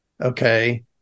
okay